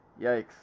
Yikes